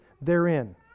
therein